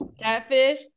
Catfish